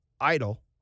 idle